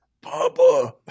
Papa